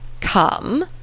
Come